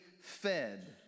fed